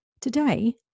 Today